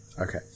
Okay